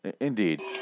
Indeed